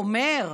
אומר: